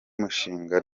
mushinga